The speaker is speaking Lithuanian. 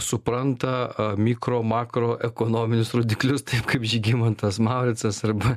supranta mikro makroekonominius rodiklius kaip žygimantas mauricas arba